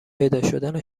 پیداشدن